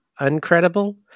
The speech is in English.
Uncredible